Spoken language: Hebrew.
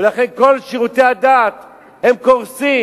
ולכן כל שירותי הדת קורסים.